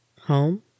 Home